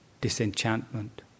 disenchantment